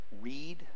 read